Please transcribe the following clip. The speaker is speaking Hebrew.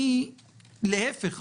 להיפך,